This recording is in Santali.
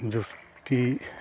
ᱡᱩᱥᱴᱤ